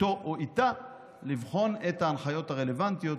איתו או איתה לבחון את ההנחיות הרלוונטיות,